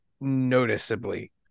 noticeably